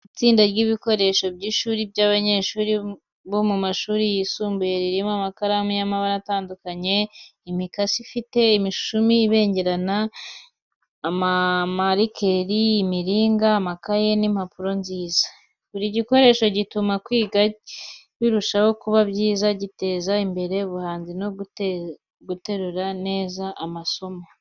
Itsinda ry’ibikoresho by’ishuri by’abanyeshuri bo mu mashuri yisumbuye ririmo amakaramu y’amabara atandukanye, imikasi ifite imishumi ibengerana, amamarikeri, imiringa, amakaye, n’impapuro nziza. Buri gikoresho gituma kwiga birushaho kuba byiza, giteza imbere ubuhanzi no gutegura neza amasomo.